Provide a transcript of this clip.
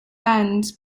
bands